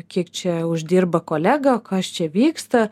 kiek čia uždirba kolega kas čia vyksta